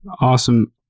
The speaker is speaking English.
Awesome